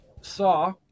Saw